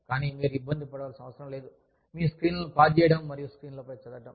కానీ మీరు ఇబ్బంది పడవలసిన అవసరం లేదు మీ స్క్రీన్లను పాజ్ చేయడం మరియు స్క్రీన్ పై చదవడం